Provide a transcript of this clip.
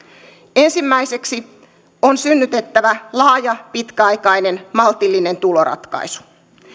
ensimmäiseksi on synnytettävä laaja pitkäaikainen maltillinen tuloratkaisu